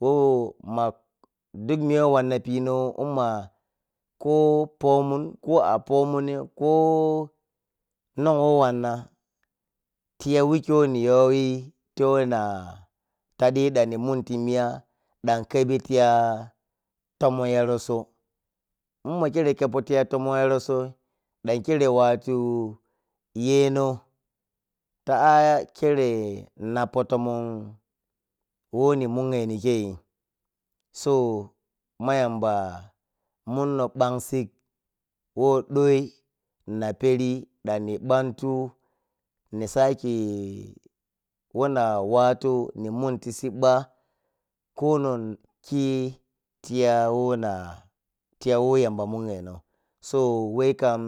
Koh ma duk miya who wanna pino in ma ko pomun, ko aipomunni, ko non who wanna, tiya wike who niyoyi tiya na taɗi dan ninmun ti iya ɗn kebi tiya tomon ya rosso. In ma kero kyeppou tiya tomon ya rossoi ɗan kero watu yeno ta ah kere napo tomon who ni munyeni keihi so ma yamba munno bansik who ɗoi naperi ɗan nibantu ni sake wana wattu ni mun ti sibba konon khi tiya whona tiya who yamba munyeno so whekam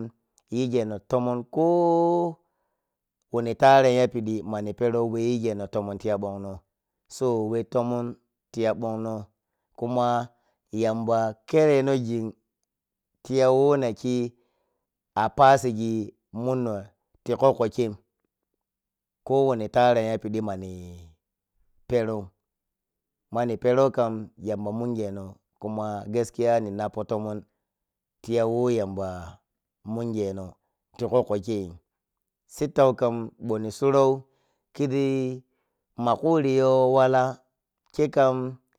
yigeno tomon kowani taran yapidi mani perou whe yigeno tomon tiya bonno so whe tomon tiya bonno kuma yamba khereno gin tiya who naki ah pasigi munnon ti kokko kem ko wani tarran yapidi manni perou, manni perou kam yambo munge no kuma gaskiya ni nappo tomon who yamba munyeno ti kokko kei sittau kam bho nisurou kiȝi ma kuri yowala ke kam.